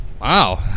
Wow